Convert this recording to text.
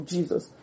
Jesus